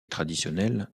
traditionnel